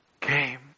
came